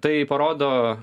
tai parodo